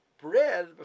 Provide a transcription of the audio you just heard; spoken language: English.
bread